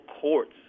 courts